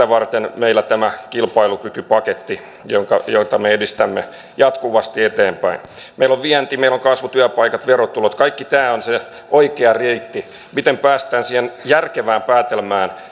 varten meillä on tämä kilpailukykypaketti jota me edistämme jatkuvasti eteenpäin meillä on vienti meillä on kasvutyöpaikat verotulot kaikki tämä on se oikea reitti miten päästään siihen järkevään päätelmään